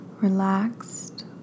relaxed